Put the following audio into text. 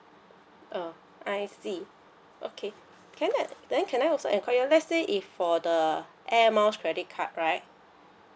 oh I see okay can that then can I also enquire lets say if for the air miles credit card right